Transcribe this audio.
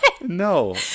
no